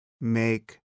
make